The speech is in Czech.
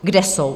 Kde jsou?